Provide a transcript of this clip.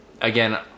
Again